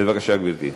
בבקשה, גברתי.